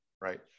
Right